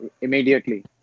immediately